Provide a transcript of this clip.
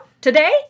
Today